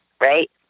right